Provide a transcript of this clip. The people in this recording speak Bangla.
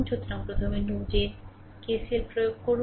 সুতরাং প্রথমে নোডে KCL প্রয়োগ করুন